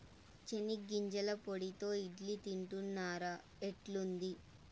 చెనిగ్గింజల పొడితో ఇడ్లీ తింటున్నారా, ఎట్లుంది